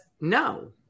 no